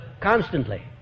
constantly